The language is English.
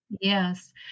Yes